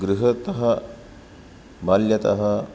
गृहतः बाल्यतः